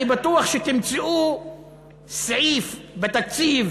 אני בטוח שתמצאו סעיף בתקציב